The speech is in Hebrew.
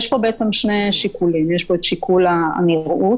יש פה שני שיקולים: שיקול הנראות,